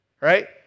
right